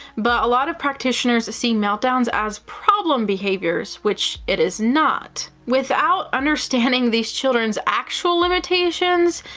but a lot of practitioners see meltdowns as problem behaviors, which it is not. without understanding these children's actual limitations,